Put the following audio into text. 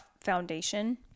foundation